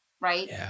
right